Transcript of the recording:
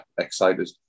excited